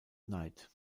knight